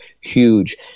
huge